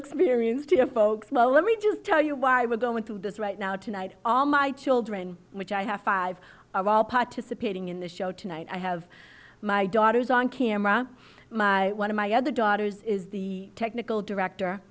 experience to folks lol let me just tell you why we're going to this right now tonight all my children which i have five are all participating in the show tonight i have my daughters on camera my one of my other daughters is the technical director